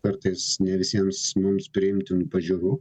tartis ne visiems mums priimtinų pažiūrų